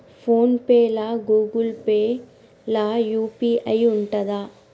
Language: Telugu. ఫోన్ పే లా గూగుల్ పే లా యూ.పీ.ఐ ఉంటదా?